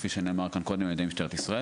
כפי שנאמר כאן קודם על-ידי משטרת ישראל,